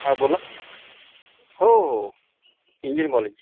हा बोला हो हो हो इंजिनीअरिंग कॉलेज